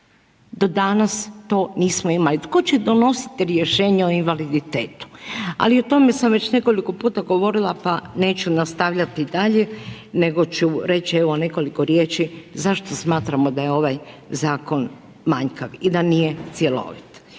Do danas to nismo imali. Tko će donositi rješenja i invaliditetu? Ali o tome sam već nekoliko puta govorila pa neću nastavljati dalje nego ću reći evo nekoliko riječi zašto smatramo da je ovaj zakon manjkav i da nije cjelovit?